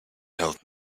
held